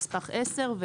נספח 10,